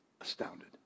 astounded